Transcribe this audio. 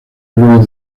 luis